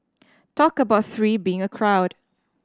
talk about three being a crowd